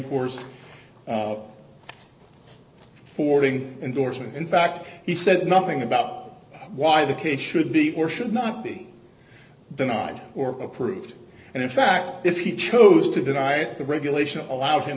corps fording endorsement in fact he said nothing about why the case should be or should not be denied or approved and in fact if he chose to deny the regulation allows him